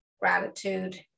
gratitude